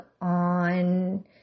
on